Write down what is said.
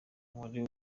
wari